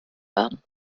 werden